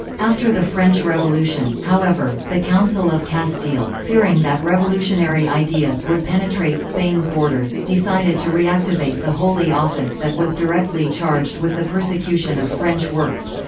after the french revolution, however, the council of castile, fearing that revolutionary ideas would penetrate spain's borders, decided to reactivate the holy office that was directly charged with the persecution of french works.